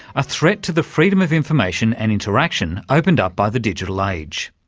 a threat to the freedom of information and interaction opened up by the digital like age?